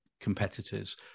competitors